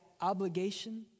obligation